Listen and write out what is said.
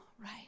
right